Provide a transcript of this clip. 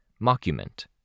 mockument